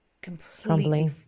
completely